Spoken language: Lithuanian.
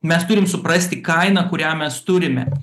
mes turim suprasti kainą kurią mes turime